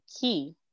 key